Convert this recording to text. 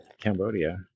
Cambodia